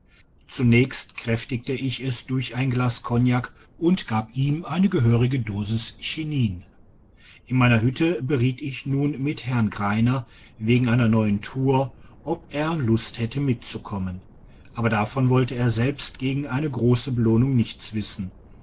zunächst kräftigte ich es durch ein glas kognak und gab ihm eine gehörige dosis chinin in meiner hütte beriet ich nun mit herrn greiner wegen einer neuen tour und ob er lust hätte mitzukommen aber davon wollte er selbst gegen eine grosse belohnung nichts wissen